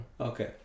Okay